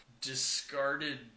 discarded